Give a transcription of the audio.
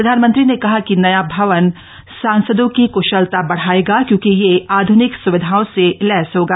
प्रधानमंत्री ने कहा कि नया भवन सांसदों की कृशलता बढ़ाएगा क्योंकि यह आध्निक सुविधाओं से लैस होगा